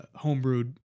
homebrewed